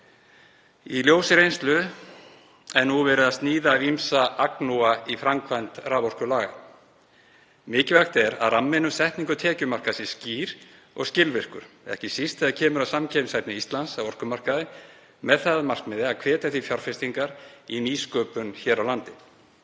Í ljósi reynslu er nú verið að sníða af ýmsa agnúa í framkvæmd raforkulaga. Mikilvægt er að ramminn um setningu tekjumarka sé skýr og skilvirkur, ekki síst þegar kemur að samkeppnishæfni Íslands á orkumarkaði með það að markmiði að hvetja til fjárfestingar í nýsköpun hér á landi.